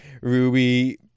Ruby